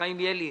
חיים ילין,